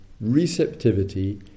receptivity